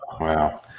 Wow